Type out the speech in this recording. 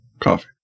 Coffee